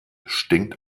stinkt